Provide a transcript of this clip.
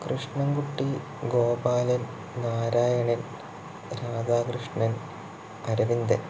Krishnankutty Gopalan Narayanan Radhakrishnan Aravindan